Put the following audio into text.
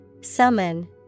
Summon